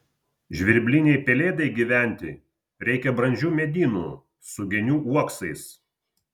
žvirblinei pelėdai gyventi reikia brandžių medynų su genių uoksais